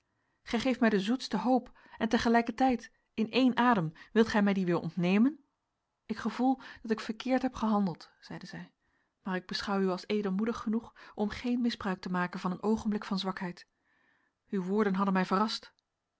geeft mij de zoetste hoop en tegelijker tijd in één adem wilt gij mij die weer ontnemen ik gevoel dat ik verkeerd heb gehandeld zeide zij maar ik beschouw u als edelmoedig genoeg om geen misbruik te maken van een oogenblik van zwakheid uw woorden hadden mij verrast